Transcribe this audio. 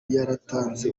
yaratanze